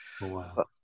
Wow